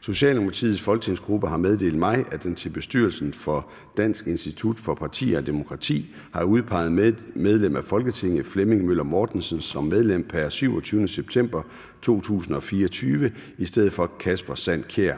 Socialdemokratiets folketingsgruppe har meddelt mig, at den til bestyrelsen for Dansk Institut for Partier og Demokrati har udpeget medlem af Folketinget Flemming Møller Mortensen som medlem pr. 27. september 2024 i stedet for Kasper Sand Kjær.